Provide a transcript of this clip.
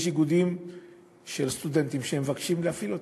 יש איגודי סטודנטים שמבקשים להפעיל אותם,